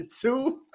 two